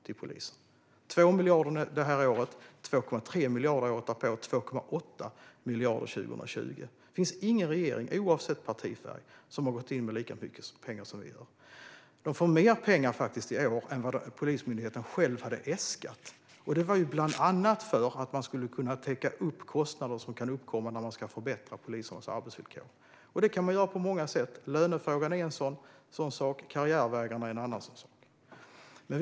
Det blir 2 miljarder i år, 2,3 miljarder året därpå och 2,8 miljarder 2020. Det finns ingen regering, oavsett partifärg, som har gått in med lika mycket pengar som vi har. Polismyndigheten får mer pengar i år än man själv hade äskat. Det beror bland annat på att man ska kunna täcka upp kostnader som kan uppkomma när man ska förbättra polisernas arbetsvillkor. Det kan man göra på många sätt. Lönefrågan är en sådan sak, och karriärvägarna är en annan.